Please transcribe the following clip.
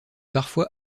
parfois